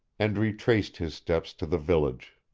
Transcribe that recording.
and retraced his steps to the village.